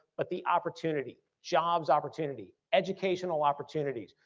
but the opportunity, jobs opportunity, educational opportunities,